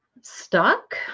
stuck